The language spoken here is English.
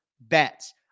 bets